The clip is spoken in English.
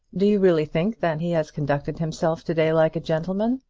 do you really think that he has conducted himself to-day like a gentleman?